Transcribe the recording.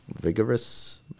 Vigorous